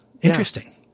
Interesting